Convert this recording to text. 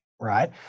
right